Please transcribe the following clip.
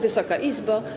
Wysoka Izbo!